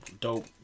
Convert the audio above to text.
dope